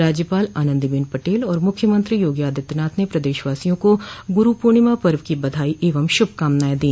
राज्यपाल आनंदीबेन पटेल और मुख्यमंत्री योगी आदित्यनाथ ने पदेशवासियों को गुरूपूर्णिमा पर्व की बधाई एवं शुभकामनाएं दी